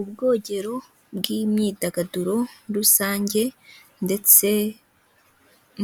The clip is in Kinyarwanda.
Ubwogero bw’imyidagaduro rusange ndetse